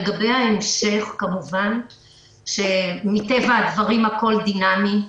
לגבי ההמשך, כמובן שמטבע הדברים הכול דינמי.